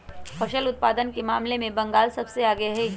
फसल उत्पादन के मामले में बंगाल सबसे आगे हई